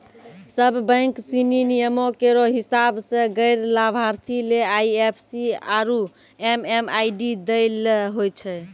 सब बैंक सिनी नियमो केरो हिसाब सें गैर लाभार्थी ले आई एफ सी आरु एम.एम.आई.डी दै ल होय छै